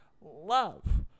love